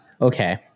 Okay